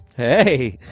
hey.